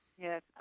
Yes